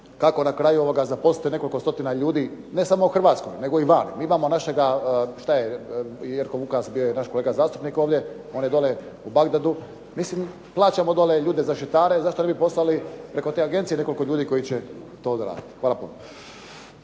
kako na kraju zaposliti nekoliko stotina ljudi ne samo u Hrvatskoj nego i vani. Mi imamo našega šta je Jerko Vukas bio je naš kolega zastupnik ovdje. On je dole u Bagdadu. Mislim plaćamo dolje ljude zaštitare. Zašto ne bi poslali preko te agencije nekoliko ljudi koji će to odraditi. Hvala puno.